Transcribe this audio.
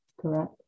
correct